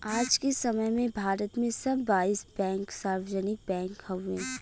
आज के समय में भारत में सब बाईस बैंक सार्वजनिक बैंक हउवे